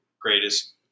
greatest